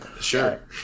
sure